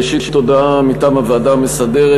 ראשית הודעה מטעם הוועדה המסדרת,